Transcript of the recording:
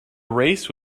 race